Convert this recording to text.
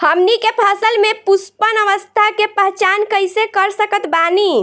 हमनी के फसल में पुष्पन अवस्था के पहचान कइसे कर सकत बानी?